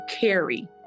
carry